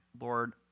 lord